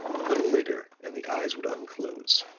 little later and the eyes would unclose,